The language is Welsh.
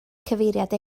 cyfeiriad